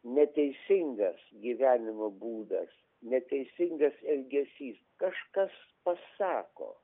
neteisingas gyvenimo būdas neteisingas elgesys kažkas pasako